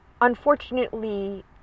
unfortunately